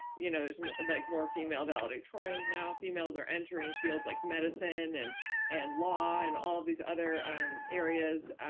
you know there's more like more female valedictorians now. females are entering fields like medicine and and law and all these other um areas,